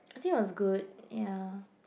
I think I was good ya